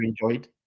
enjoyed